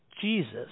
Jesus